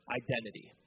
identity